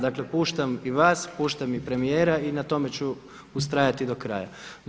Dakle, puštam i vas, puštam i premijera i na tome ću ustrajati do kraja.